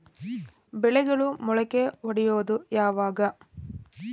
ಬೆಳೆಗಳು ಮೊಳಕೆ ಒಡಿಯೋದ್ ಯಾವಾಗ್?